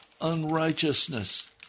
unrighteousness